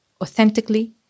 authentically